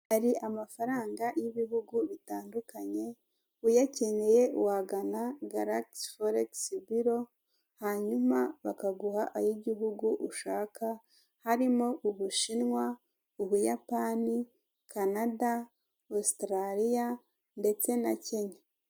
Hari amafaranga y'ibihugu bitandukanye uyakeneye wagana garagisi foregisi biro hanyuma bakaguha ay'igihugu ushaka harimo Ubushinwa, Ubuyapani, Kanada, Ositaraliya ndetse na Kenya.